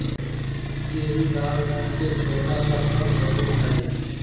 cherry लाल रंग के छोटा सा फल होबो हइ